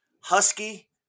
Husky